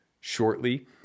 shortly